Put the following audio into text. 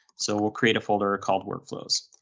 so we'll create a folder called workflows.